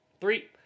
three